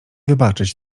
wybaczyć